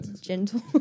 gentle